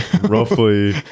roughly